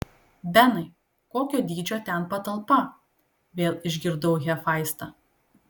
benai kokio dydžio ten patalpa vėl išgirdau hefaistą